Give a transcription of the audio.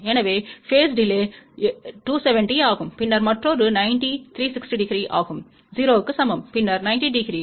எனவே phase delay 270 ஆகும் பின்னர் மற்றொரு 90 360 டிகிரி ஆகும் 0 க்கு சமம் பின்னர் 90 டிகிரி